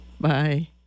Bye